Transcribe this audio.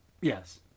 Yes